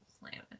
planet